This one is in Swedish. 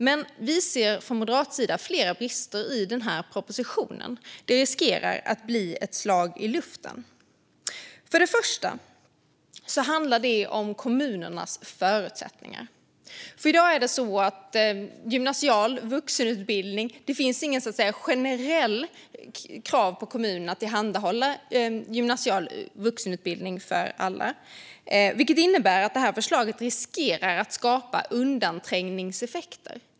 Men vi ser från moderat sida flera brister i propositionen. Den riskerar att bli ett slag i luften. Det första gäller kommunernas förutsättningar. I dag finns det inget generellt krav på kommunerna att tillhandahålla gymnasial vuxenutbildning för alla, vilket innebär att det här förslaget riskerar att skapa undanträngningseffekter.